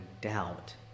doubt